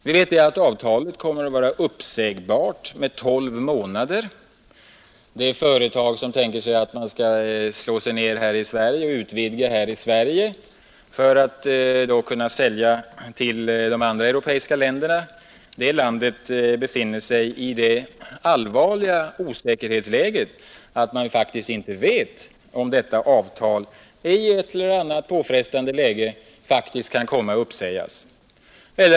Vi vet att avtalet kommer att vara uppsägbart med 12 månaders uppsägningstid. De företag som tänker slå sig ned eller utvidga här i Sverige, för att kunna sälja till de andra europeiska länderna, befinner sig i det allvarliga osäkerhetsläget att man faktiskt inte vet om detta avtal i ett eller annat påfrestande läge kan komma att sägas upp.